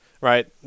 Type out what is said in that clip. right